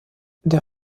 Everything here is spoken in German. der